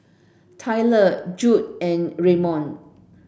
Tayler Judd and Redmond